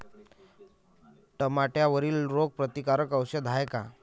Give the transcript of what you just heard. टमाट्यावरील रोग प्रतीकारक औषध हाये का?